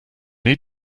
need